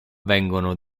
vengono